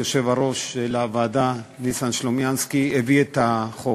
יושב-ראש הוועדה ניסן סלומינסקי הביא את החוק.